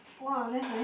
!wah! that's nice